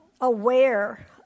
aware